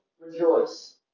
rejoice